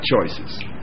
choices